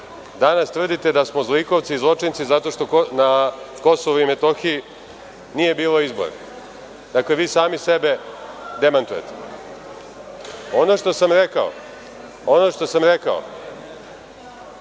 Danas tvrdite da smo zlikovci i zločinci zato što na KiM nije bilo izbora. Dakle, vi sami sebe demantujete. Ono što sam rekao, to možete